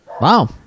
Wow